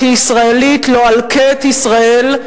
כישראלית לא אלקה את ישראל,